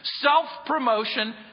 Self-promotion